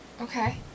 Okay